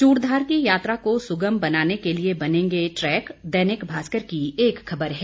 चूड़धार की यात्रा को सुगम बनाने के लिये बनेंगे ट्रैक दैनिक भास्कर की एक खबर है